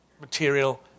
material